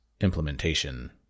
implementation